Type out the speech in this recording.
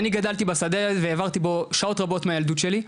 אני גדלתי בשדה והעברתי בו שעות רבות מהילדות שלי,